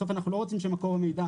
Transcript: בסוף אנחנו לא רוצים שמקור המידע,